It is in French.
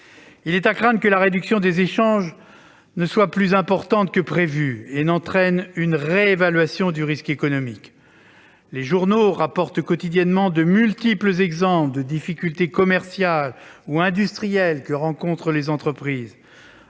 Il est à craindre que la réduction des échanges ne soit plus importante que prévu et n'entraîne une réévaluation du risque économique ; les journaux rapportent quotidiennement de multiples exemples de difficultés commerciales ou industrielles que rencontrent les entreprises.